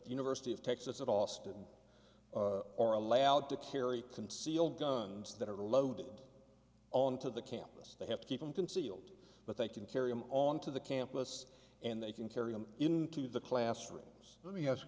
university of texas at austin or allowed to carry concealed guns that are loaded on to the campus they have to keep them concealed but they can carry him on to the campus and they can carry them into the classrooms let me ask